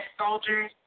soldiers